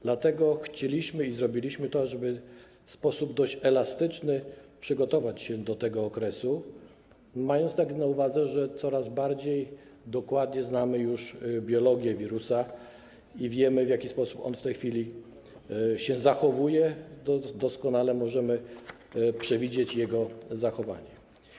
Dlatego chcieliśmy, i zrobiliśmy to, w sposób dość elastyczny przygotować się do tego okresu, mając na uwadze to, że coraz bardziej dokładnie znamy już biologię wirusa i wiemy, w jaki sposób on w tej chwili się zachowuje, doskonale możemy przewidzieć jego zachowania.